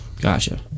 Gotcha